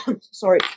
Sorry